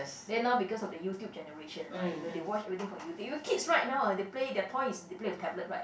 then now because of the YouTube generation right you know they watch everything from YouTube you know kids right now ah they play their toys is they play with tablets right